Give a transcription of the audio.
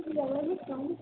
भिन्दियालाय बिसिबां